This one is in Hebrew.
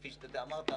כפי שאתה אמרת,